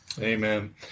amen